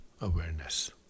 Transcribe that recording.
awareness